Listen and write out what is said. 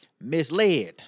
Misled